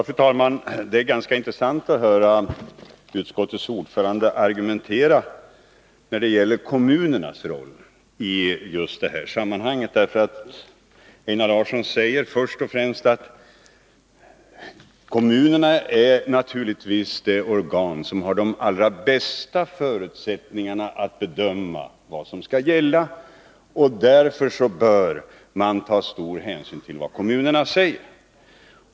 Fru talman! Det är ganska intressant att höra argumenten från utskottets ordförande när det gäller kommunernas roll i just det här sammanhanget. Einar Larsson säger att kommunerna naturligtvis är de organ som har de allra bästa förutsättningarna att bedöma vad som skall gälla och att man därför bör ta stor hänsyn till vad kommunerna säger.